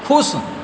खुश